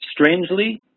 strangely